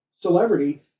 celebrity